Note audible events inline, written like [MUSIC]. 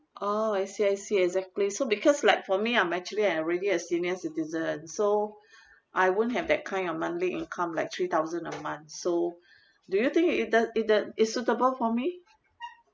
oh I see I see exactly so because like for me I'm actually I already a senior citizen so [BREATH] I won't have that kind of monthly income like three thousand a [NOISE] month so [BREATH] do you think it it the it the it's suitable for me [NOISE]